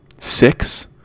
six